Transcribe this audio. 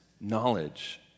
knowledge